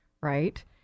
right